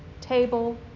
table